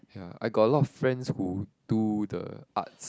ya I got a lot of friends who do the arts